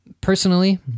personally